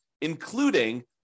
including